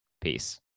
Peace